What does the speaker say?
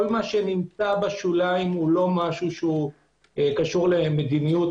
כל מה שבשוליים לא קשור למדיניות.